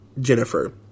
Jennifer